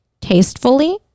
tastefully